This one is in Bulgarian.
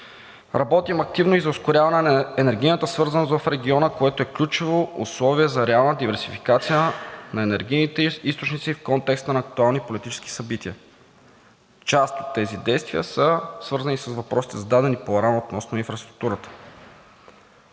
Работим активно и за ускоряване на енергийната свързаност в региона, което е ключово условие за реална диверсификация на енергийните източници в контекста на актуални политически събития. Част от тези действия са свързани с въпросите, зададени по-рано относно инфраструктурата.